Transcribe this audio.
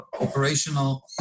operational